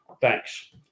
Thanks